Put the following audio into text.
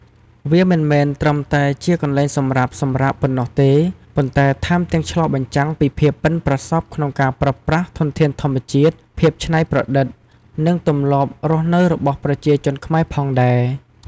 វាមិនមែនត្រឹមតែជាកន្លែងសម្រាប់សម្រាកប៉ុណ្ណោះទេ ប៉ុន្តែថែមទាំងឆ្លុះបញ្ចាំងពីភាពប៉ិនប្រសប់ក្នុងការប្រើប្រាស់ធនធានធម្មជាតិ ភាពច្នៃប្រឌិត និងទម្លាប់រស់នៅរបស់ប្រជាជនខ្មែរផងដែរ។